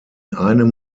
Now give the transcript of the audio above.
einem